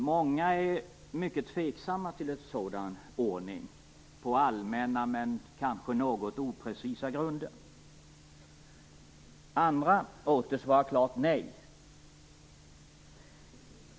Många är mycket tveksamma till en sådan ordning på allmänna men kanske något oprecisa grunder. Andra åter svarar klart nej.